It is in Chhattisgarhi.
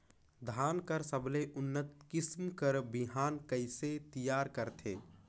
धान कर सबले उन्नत किसम कर बिहान कइसे तियार करथे?